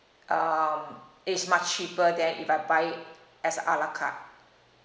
um it's much cheaper than if I buy it as a ala carte